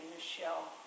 Michelle